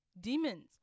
demons